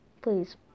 Please